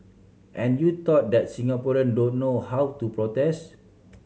and you thought that Singaporean don't know how to protest